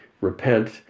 repent